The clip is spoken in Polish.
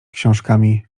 książkami